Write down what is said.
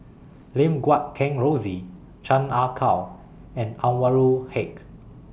Lim Guat Kheng Rosie Chan Ah Kow and Anwarul Haque